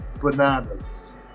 bananas